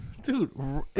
dude